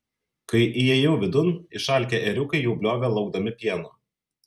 kai įėjau vidun išalkę ėriukai jau bliovė laukdami pieno